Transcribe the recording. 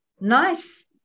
Nice